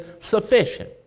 sufficient